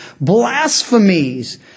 blasphemies